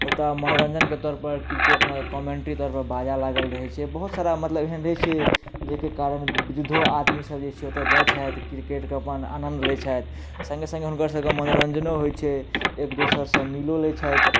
ओतऽ मनोरञ्जन के तौरपर क्रिकेटमे कोमेंट्री पर मे बाजा लागल रहै छै बहुत सारा मतलब एहन रहै छै जाहिके कारण बृद्धो आदमी सब जे छै ओतऽ जाइ छथि क्रिकेटके अपन आनन्द लै छथि सङे सङे हुनकर सबके मनोरञ्जनो होइ छै एक दोसर सऽ मिलो लै छथि